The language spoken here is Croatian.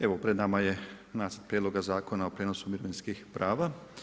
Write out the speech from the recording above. Evo pred nama je Nacrt prijedlog zakona o prijenosu mirovinskih prava.